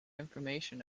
information